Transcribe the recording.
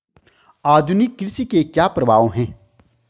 आधुनिक कृषि के क्या प्रभाव हैं?